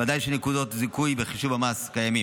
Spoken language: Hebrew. ודאי שנקודות זיכוי בחישוב המס קיימות,